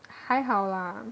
还好啦